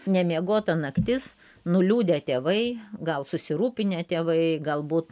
nemiegota naktis nuliūdę tėvai gal susirūpinę tėvai galbūt